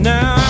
Now